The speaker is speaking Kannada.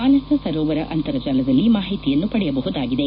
ಮಾನಸ ಸರೋವರ ಅಂತರ ಜಾಲದಲ್ಲಿ ಮಾಹಿತಿಯನ್ನು ಪಡೆಯಬಹುದಾಗಿದೆ